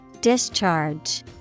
Discharge